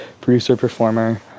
producer-performer